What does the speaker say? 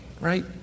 right